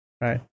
right